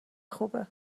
خوبه